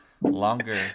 longer